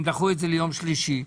הם דחו את זה ליום שלישי.